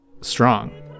strong